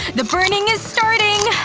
the burning is starting!